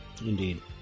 Indeed